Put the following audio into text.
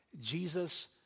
Jesus